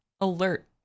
alert